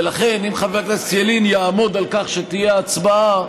ולכן, אם חבר הכנסת ילין יעמוד על כך שתהיה הצבעה,